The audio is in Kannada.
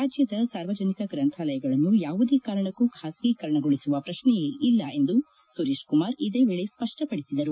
ರಾಜ್ಯದ ಸಾರ್ವಜನಿಕ ಗ್ರಂಥಾಲಯಗಳನ್ನು ಯಾವುದೇ ಕಾರಣಕ್ಕೂ ಖಾಸಗೀಕರಣಗೊಳಿಸುವ ಪ್ರಕ್ಷೆಯೇ ಇಲ್ಲ ಎಂದು ಸುರೇಶ್ ಕುಮಾರ್ ಇದೇ ವೇಳೆ ಸ್ಪಪ್ಪಡಿಸಿದರು